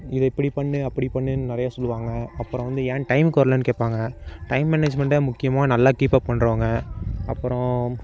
இது இப்படி பண்ணு அப்படி பண்ணுன்னு நிறைய சொல்லுவாங்க அப்பறம் வந்து ஏன் டைமுக்கு வரலன் கேட்பாங்க டைம் மேனேஜ்மெண்ட்டை முக்கியமாக நல்லா கீப் அப் பண்றவங்க அப்பறம்